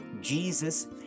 Jesus